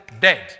dead